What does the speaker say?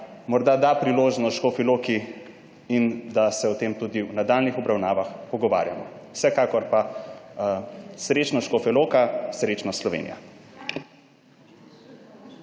morda da priložnost Škofji Loki in da se o tem tudi v nadaljnjih obravnavah pogovarjamo. Vsekakor pa srečno, Škofja Loka, srečno Slovenija.